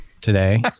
today